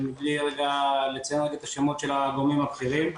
בלי לציין את השמות של הגורמים הבכירים,